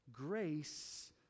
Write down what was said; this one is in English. Grace